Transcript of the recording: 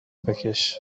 بکش